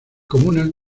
comunas